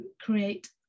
create